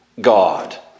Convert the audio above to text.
God